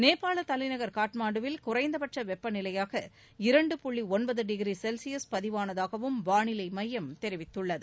நேபாள தலைநகர் காட்மண்டுவில் குறைந்தபட்ச வெப்பநிலையாக இரண்டு புள்ளி ஒன்பது டிகிரி செல்சியஸ் பதிவானதாகவும் வானிலை மையம் தெரிவித்துள்ளது